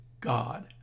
God